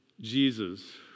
Jesus